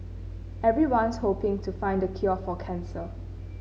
everyone's hoping to find the cure for cancer